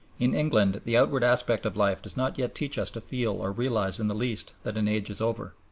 in england the outward aspect of life does not yet teach us to feel or realize in the least that an age is over.